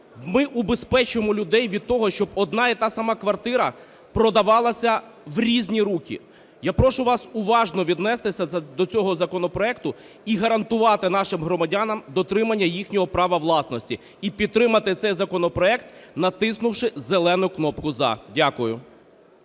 Ми убезпечимо людей від того, щоб одна і та сама квартира продавалася в різні руки. Я прошу вас уважно віднестися до цього законопроекту і гарантувати нашим громадянам дотримання їхнього права власності, і підтримати цей законопроект, натиснувши зелену кнопку "За". Дякую.